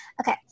okay